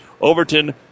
Overton